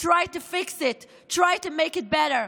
tried to fix it, tried to make it better,